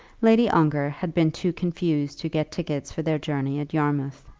lady ongar had been too confused to get tickets for their journey at yarmouth,